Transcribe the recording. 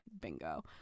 bingo